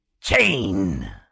Chain